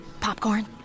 Popcorn